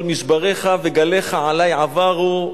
"כל משבריך וגליך עלי עברו",